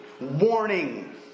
Warning